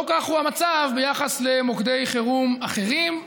לא כך הוא המצב ביחס למוקדי חירום אחרים,